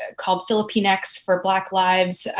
ah call philippinex for black lives,